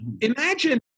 Imagine